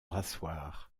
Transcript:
rasseoir